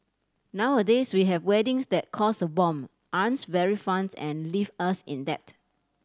nowadays we have weddings that cost a bomb aren't very fun and leave us in debt